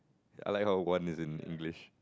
I like how one is in English